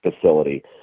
facility